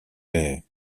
mais